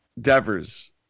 Devers